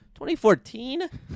2014